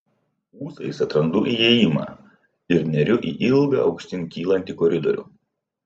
ūsais atrandu įėjimą ir neriu į ilgą aukštyn kylantį koridorių